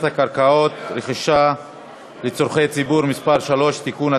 הקרקעות (רכישה לצורכי ציבור) (מס' 3) (תיקון),